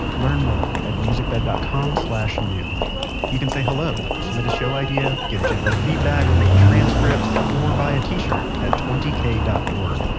learn more at musicbed dot com new you can say hello, submit a show idea, give general feedback, read transcripts, or buy a t-shirt at twenty k dot org.